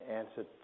answer